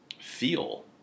feel